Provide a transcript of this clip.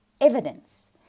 evidence